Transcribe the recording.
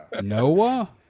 Noah